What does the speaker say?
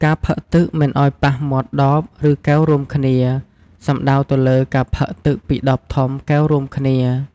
ការផឹកទឹកមិនឱ្យប៉ះមាត់ដបឫកែវរួមគ្នា សំដៅទៅលើការផឹកទឹកពីដបធំ កែវរួមគ្នា។